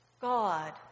God